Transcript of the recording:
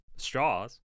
straws